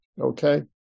okay